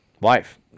Wife